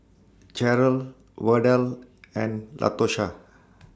Cheryl Verdell and Latosha